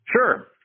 Sure